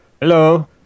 Hello